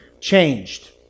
changed